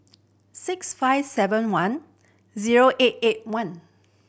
six five seven one zero eight eight one